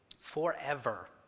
forever